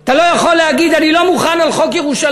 אתה לא יכול להגיד: אני לא מוכן, על חוק ירושלים?